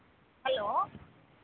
hello